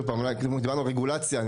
דיברנו על רגולציה,